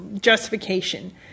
justification